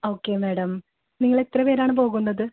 okay madam നിങ്ങൾ എത്ര പേരാണ് പോകുന്നത്